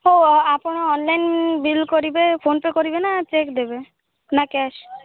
ହଉ ଆପଣ online bill କରିବେ ଫୋନ୍ପେ କରିବେ ନା ଚେକ୍ ଦେବେ ନା କ୍ୟାସ୍